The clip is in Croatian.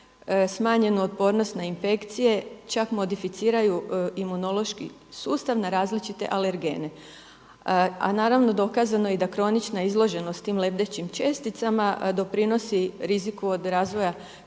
smanjenu otpornost na infekcije. Čak modificiraju imunološki sustav na različite alergene. A naravno dokazano je da i kronična izloženost tim lebdećim česticama doprinosi riziku od razvoja